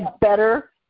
better